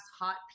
Hot